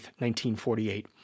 1948